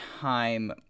time